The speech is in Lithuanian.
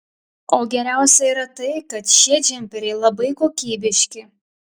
o geriausia yra tai kad šie džemperiai labai kokybiški